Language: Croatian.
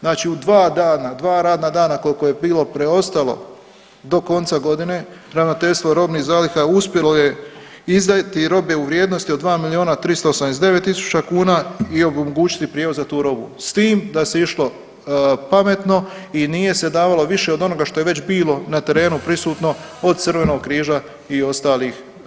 Znači u dva dana dva radna dana koliko je bilo preostalo do konca godine ravnateljstvo robnih zaliha uspjelo je izdati robe u vrijednosti od 2 milijuna 389 tisuća kuna i omogućiti prijevoz za tu robu s tim da se išlo pametno i nije se davalo više od onoga što je već bilo na terenu prisutno od crvenog križa i ostalih udruga.